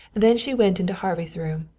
then she went into harvey's room.